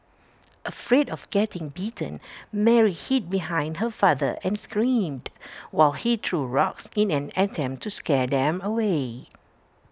afraid of getting bitten Mary hid behind her father and screamed while he threw rocks in an attempt to scare them away